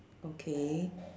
okay